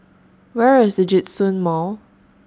Where IS Djitsun Mall